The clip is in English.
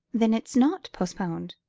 then it's not postponed?